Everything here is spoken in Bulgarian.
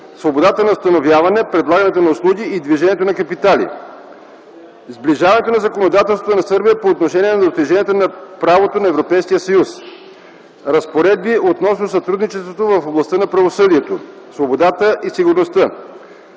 свободата на установяване, предлагането на услуги и движението на капитали; - сближаването на законодателството на Сърбия по отношение на достиженията на правото на Европейския съюз; - разпоредби относно сътрудничеството в областта на правосъдието, свободата и сигурността;